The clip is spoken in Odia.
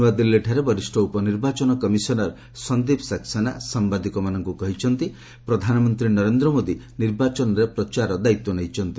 ନୂଆଦିଲ୍ଲୀଠାରେ ବରିଷ୍ଣ ଉପନିର୍ବାଚନ କମିଶନର ସନ୍ଦୀପ ସକ୍ସେନା ସାମ୍ବାଦିକମାନଙ୍କୁ କହିଛନ୍ତି ଯେ ପ୍ରଧାନମନ୍ତ୍ରୀ ନରେନ୍ଦ୍ର ମୋଦି ନିର୍ବାଚନରେ ପ୍ରଚାରର ଦାୟିତ୍ୱ ନେଇଛନ୍ତି